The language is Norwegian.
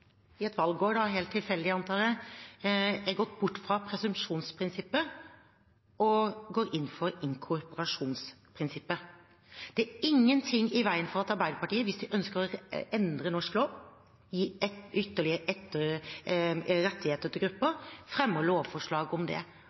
i et valgår, helt tilfeldig antar jeg – har gått bort fra presumsjonsprinsippet og går inn for inkorporasjonsprinsippet. Det er ingenting i veien for at Arbeiderpartiet, hvis de ønsker å endre norsk lov og gi ytterligere rettigheter til grupper, fremmer lovforslag om det